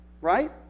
right